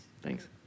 Thanks